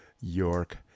York